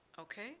okay